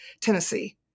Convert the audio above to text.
Tennessee